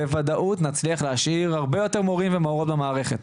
בוודאות נצליח להשאיר הרבה יותר מורות ומורים במערכת.